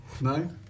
No